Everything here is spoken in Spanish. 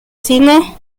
cine